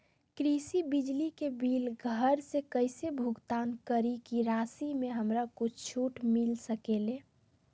कृषि बिजली के बिल घर से कईसे भुगतान करी की राशि मे हमरा कुछ छूट मिल सकेले?